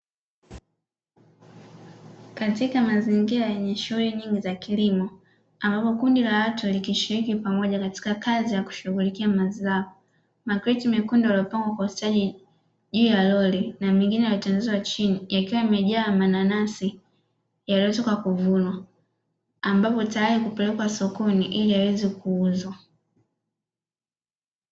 Katika mazingira yenye shughuli nyingi za kilimo ambapo kundi la watu likishiriki kwa pamoja katika kazi ya kushughulikia mazao, makreti mekundu yaliyopangwa kwa ustadi juu ya lori na mengine yametengenezwa chini yakiwa yamejaa mananasi yaliyotoka kuvunwa; ambapo tayari kupelekwa sokoni ili yaweze kuuzwa.